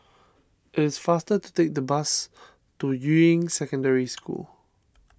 it is faster to take the bus to Yuying Secondary School